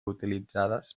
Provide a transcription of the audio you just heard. utilitzades